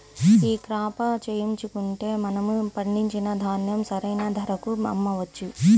ఈ క్రాప చేయించుకుంటే మనము పండించిన ధాన్యం సరైన ధరకు అమ్మవచ్చా?